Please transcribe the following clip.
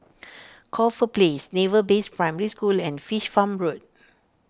Corfe Place Naval Base Primary School and Fish Farm Road